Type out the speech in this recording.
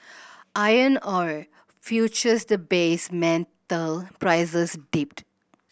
iron ore futures the base metal prices dipped